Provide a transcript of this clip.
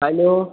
hello